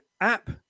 app